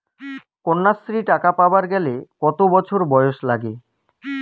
কন্যাশ্রী টাকা পাবার গেলে কতো বছর বয়স লাগে?